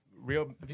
real